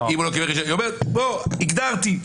היא אומרת: הגדרתי,